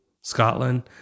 Scotland